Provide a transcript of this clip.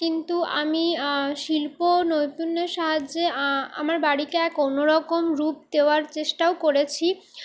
কিন্তু আমি শিল্পনৈপুণ্যের সাহায্যে আমার বাড়িকে এক অন্যরকম রূপ দেওয়ার চেষ্টাও করেছি